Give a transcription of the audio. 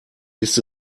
ist